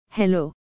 Hello